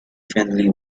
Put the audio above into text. friendly